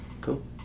cool